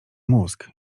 mózg